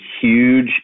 huge